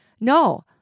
No